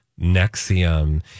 Nexium